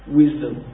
wisdom